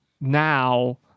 now